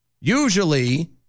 Usually